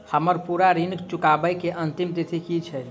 हम्मर पूरा ऋण चुकाबै केँ अंतिम तिथि की छै?